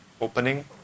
opening